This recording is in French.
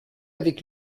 avec